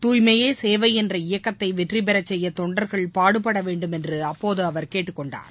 தூய்மையே சேவை என்ற இயக்கத்தை வெற்றிபெற செய்ய தொண்டர்கள் பாடுபடவேண்டும் என்று அப்போது அவர் கேட்டுக்கொண்டார்